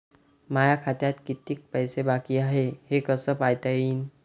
माया खात्यात कितीक पैसे बाकी हाय हे कस पायता येईन?